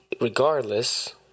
regardless